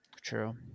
True